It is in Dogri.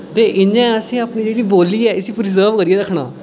ते इ'यां असें अपनी जेह्ड़ी बोल्ली ऐ इसी प्रिजर्व करियै रक्खना